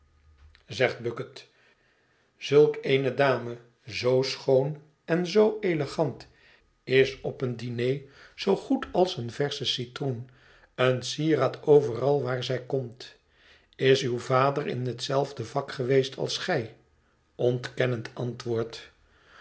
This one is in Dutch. zegt bucket zulk eene dame zoo schoon en zoo elegant is op een diner zoo goed als een versche citroen een sieraad overal waar zij komt is uw vader in hetzelfde vak geweest als gij ontkennend antwoord